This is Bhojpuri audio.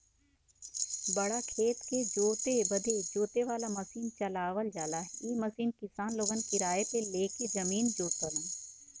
बड़ा खेत के जोते बदे जोते वाला मसीन चलावल जाला इ मसीन किसान लोगन किराए पे ले के जमीन जोतलन